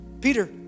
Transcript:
Peter